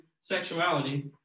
sexuality